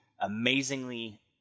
amazingly